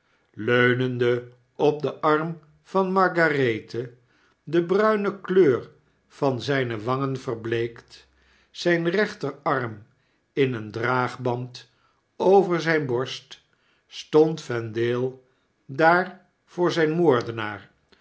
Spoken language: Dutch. leunende op den arm van margarethe de bruine kleur van zijne wangen verbleekt zp rechterarm in een draagband over zpe borst stond vendale daar voor zp moordenaar